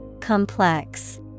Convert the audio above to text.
Complex